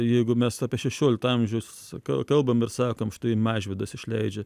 jeigu mes apie šešioliktą amžiaus kalbam ir sakom štai mažvydas išleidžia